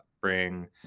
bring